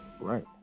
Right